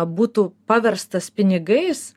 būtų paverstas pinigais